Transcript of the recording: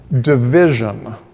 Division